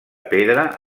pedra